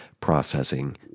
processing